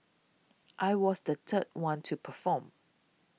I was the third one to perform